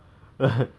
oh